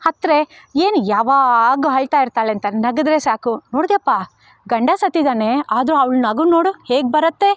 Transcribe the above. ಅತ್ರೆ ಏನು ಯಾವಾಗಲು ಅಳ್ತಾ ಇರ್ತಾಳೆ ಅಂತಾರೆ ನಕ್ಕದ್ರೆ ಸಾಕು ನೋಡಿದ್ಯಪ್ಪ ಗಂಡ ಸತ್ತಿದ್ದಾನೆ ಆದರೂ ಅವ್ಳು ನಗುನ್ನ ನೋಡು ಹೇಗೆ ಬರುತ್ತೆ